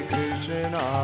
Krishna